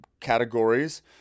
categories